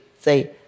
say